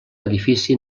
edifici